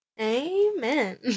Amen